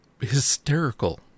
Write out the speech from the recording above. hysterical